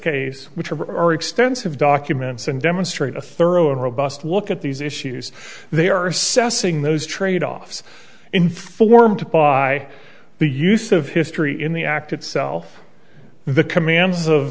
case which are our extensive documents and demonstrate a thorough and robust look at these issues they are assessing those trade offs informed by the use of history in the act itself the commands of